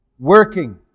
working